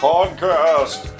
Podcast